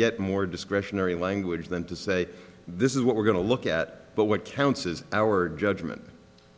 get more discretionary language than to say this is what we're going to look at but what counts is our judgment